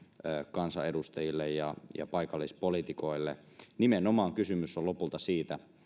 kansanedustajille ja ja paikallispoliitikoille nimenomaan kysymys on lopulta siitä